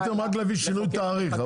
יכולתם רק להביא שינוי תאריך,